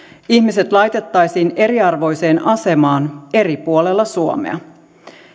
ihmiset laitettaisiin eriarvoiseen asemaan eri puolilla suomea